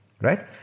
right